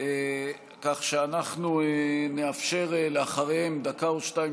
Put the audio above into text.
כך שאנחנו נאפשר אחריהם דקה או שתיים